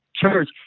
Church